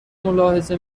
ملاحظه